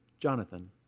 Jonathan